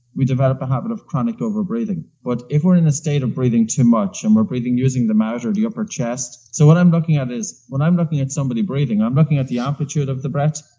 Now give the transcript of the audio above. we develop a habit of chronic over-breathing. but if we're in the state of breathing too much, and we're breathing using the mouth or the upper chest. so what i'm looking at is, when i'm looking at somebody breathing i'm looking at the aptitude of the breath.